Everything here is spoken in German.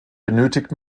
benötigt